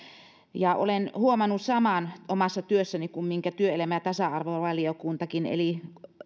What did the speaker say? olen huomannut saman omassa työssäni kuin minkä työelämä ja tasa arvovaliokuntakin eli